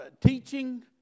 teaching